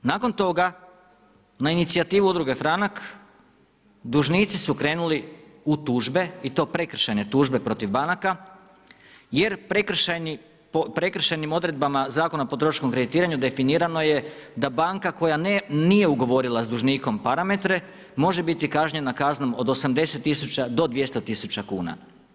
Nakon toga na inicijativu udruge Franak dužnici su krenuli u tužbe i to prekršajne tužbe protiv banaka jer prekršajnim odredbama Zakona o potrošačkom kreditiranju definirano je da banka koja nije ugovorila s dužnikom parametre, može biti kažnjena kaznom od 80 000 do 200 000 kuna.